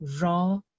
raw